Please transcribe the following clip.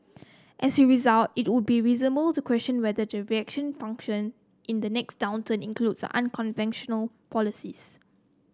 as a result it would be reasonable to question whether the reaction function in the next downturn includes unconventional policies